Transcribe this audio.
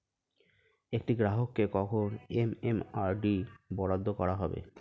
একটি গ্রাহককে কখন এম.এম.আই.ডি বরাদ্দ করা হবে?